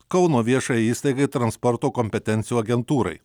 kauno viešajai įstaigai transporto kompetencijų agentūrai